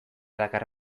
dakar